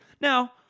Now